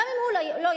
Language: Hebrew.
גם אם הוא לא ידע,